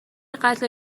قتل